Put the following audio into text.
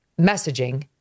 messaging